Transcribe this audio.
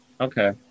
Okay